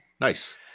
nice